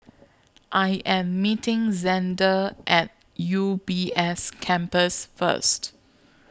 I Am meeting Zander At U B S Campus First